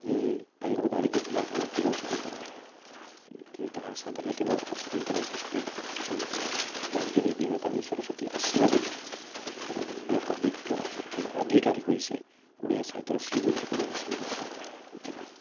ତାଙ୍କର ଦାରିଦ୍ର ଥିଲା ବହୁତ ଚିର ଚରିତ୍ର କିନ୍ତୁ ତାହା ସାଧାରଣ କେବେ ଅନ୍ତରା ସୃଷ୍ଟି କରିନଥିଲା ବାଗଦେବୀ ବିଣାପାଣି ସରସ୍ଵତୀ ଆଶୀବାଦରୁ ତାଙ୍କର ଦିବ୍ୟ କବିିତ୍ୱ ଶକ୍ତିର ଅଧିକାରୀ ହୋଇ ସେ ଓଡ଼ିଆ ସାହିତ୍ୟର ଶ୍ରୀ ବୃଦ୍ଧି କରିବାରେ ସମର୍ଥ ହୋଇଥିଲେ